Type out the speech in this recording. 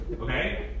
Okay